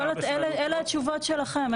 אלה התשובות שלכם.